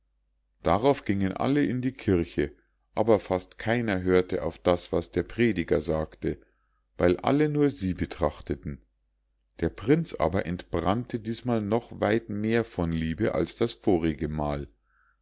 darauf gingen alle in die kirche aber fast keiner hörte auf das was der prediger sagte weil alle nur sie betrachteten der prinz aber entbrannte diesmal noch weit mehr von liebe als das vorige mal